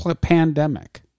pandemic